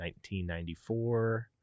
1994